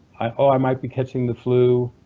ah i might be catching the flu,